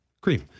Cream